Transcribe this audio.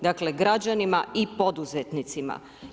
Dakle građanima i poduzetnicima.